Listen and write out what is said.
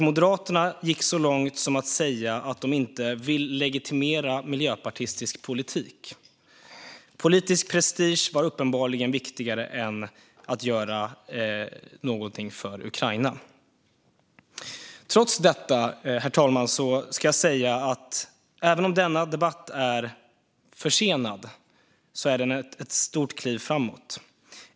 Moderaterna gick så långt som att säga att de inte ville legitimera miljöpartistisk politik. Politisk prestige var uppenbarligen viktigare än att göra någonting för Ukraina. Trots detta, herr talman, ska jag säga att även om denna debatt är försenad är den ett stort kliv framåt.